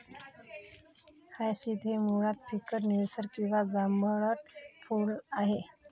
hyacinth हे मुळात फिकट निळसर किंवा जांभळट फूल आहे